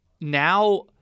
Now